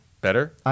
better